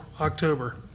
October